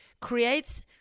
creates